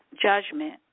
judgment